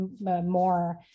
more